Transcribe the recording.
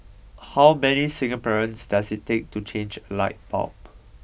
how many Singaporeans does it take to change a light bulb